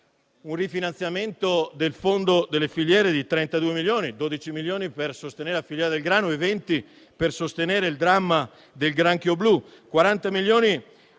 un rifinanziamento del fondo delle filiere di 32 milioni; 12 milioni per sostenere la filiera del grano e 20 per affrontare il dramma del granchio blu. E ancora